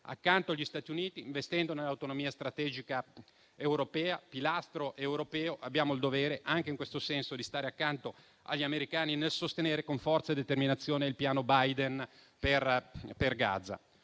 Accanto agli Stati Uniti, investendo nell'autonomia strategica europea, pilastro europeo, abbiamo il dovere, anche in questo senso, di stare accanto agli americani nel sostenere con forza e determinazione il piano Biden per Gaza,